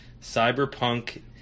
Cyberpunk